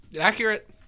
Accurate